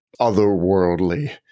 otherworldly